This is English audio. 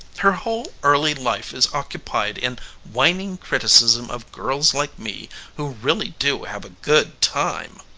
her whole early life is occupied in whining criticisms of girls like me who really do have a good time.